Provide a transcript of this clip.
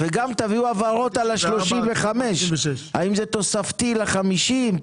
וגם תביאו הבהרות על ה-35, האם זה תוספתי ל-50?